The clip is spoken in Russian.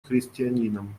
христианином